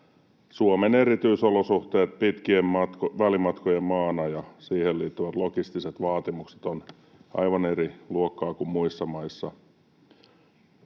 Suomen erityisolosuhteet pitkien välimatkojen maana ja siihen liittyvät logistiset vaatimukset ovat aivan eri luokkaa kuin muissa maissa.